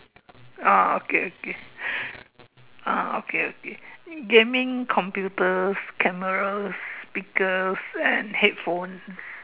oh okay okay oh okay okay gaming computers cameras speakers and headphone